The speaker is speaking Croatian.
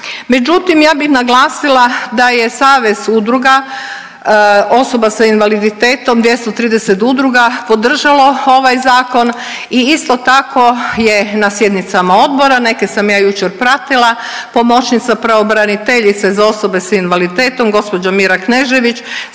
međutim ja bi naglasila da je Savez udruga osoba sa invaliditetom, 230 udruga, podržalo ovaj zakon i isto tako je na sjednicama odbora, neke sam ja jučer pratila, pomoćnica pravobraniteljice za osobe sa invaliditetom gđa. Mira Knežević